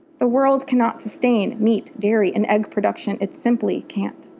the world cannot sustain meat, dairy and egg production. it simply can't.